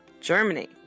Germany